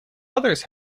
others